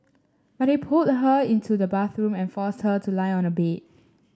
but he pulled her into the bedroom and forced her to lie on a bed